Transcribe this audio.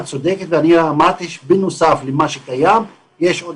את צודקת ואני אמרתי שבנוסף למה שקיים יש גם